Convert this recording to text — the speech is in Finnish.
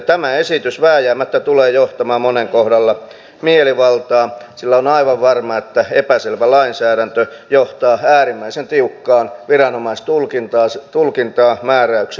tämä esitys vääjäämättä tulee johtamaan monen kohdalla mielivaltaan sillä on aivan varmaa että epäselvä lainsäädäntö johtaa äärimmäiseen tiukkaan viranomaistulkintaan määräykseen ja ohjeeseen